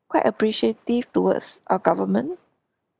quite appreciative towards our government